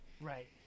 Right